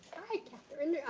hi katherine.